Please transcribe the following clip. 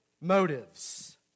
motives